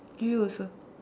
you also